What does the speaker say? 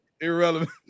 Irrelevant